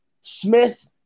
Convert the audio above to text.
Smith